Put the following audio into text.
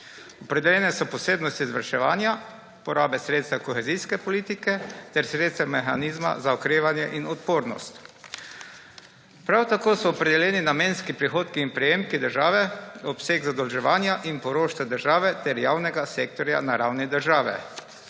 Opredeljene so posebnosti izvrševanja, porabe sredstev kohezijske politike ter sredstev mehanizma za okrevanje in odpornost. Prav tako so opredeljeni namenski prihodki in prejemki države, obseg zadolževanja in poroštva države ter javnega sektorja na ravni države.